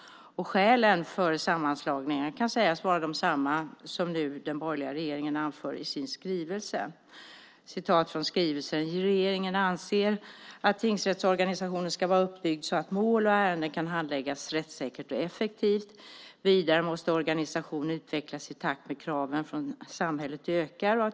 Skälen för sammanslagningen kan sägas vara desamma som den borgerliga regeringen nu anför i sin skrivelse. Regeringen anser att "tingsrättsorganisationen ska vara uppbyggd så att mål och ärenden kan handläggas rättssäkert och effektivt. Organisationen måste utvecklas i takt med att kraven från samhället ökar.